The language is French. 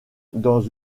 dans